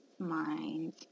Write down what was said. Mind